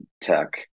tech